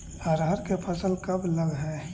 अरहर के फसल कब लग है?